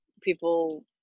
people